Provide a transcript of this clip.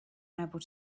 unable